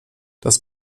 das